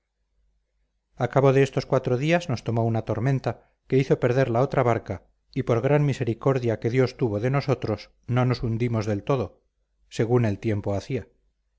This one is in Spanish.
cabo de estos cuatro días nos tomó una tormenta que hizo perder la otra barca y por gran misericordia que dios tuvo de nosotros no nos hundimos del todo según el tiempo hacía